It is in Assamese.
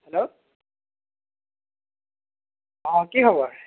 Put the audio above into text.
হেল্ল' অঁ কি খবৰ